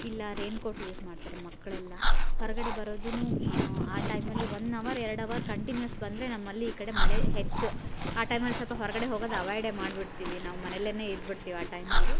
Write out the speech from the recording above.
ಇಲ್ಲ rain coat use ಮಾಡ್ತಾರೆ ಮಕ್ಕಳೆಲ್ಲ ಹೊರಗಡೆ ಬರೋದೂನೂ ಆ ಟೈಮಲ್ಲಿ ಒನ್ ಅವರ್ ಎರಡು ಅವರ್ ಕಂಟಿನ್ಯೂಯಸ್ ಬಂದರೆ ನಮ್ಮಲ್ಲಿ ಈ ಕಡೆ ಮಳೆ ಹೆಚ್ಚು ಆ ಟೈಮಲ್ಲಿ ಸ್ವಲ್ಪ ಹೊರಗಡೆ ಹೋಗೋದು ಅವೈಡೇ ಮಾಡ್ಬಿಡ್ತೀವಿ ನಾವು ಮನೆಯಲ್ಲೇನೆ ಇದ್ಬಿಡ್ತೀವಿ ಆ ಟೈಮಲ್ಲಿ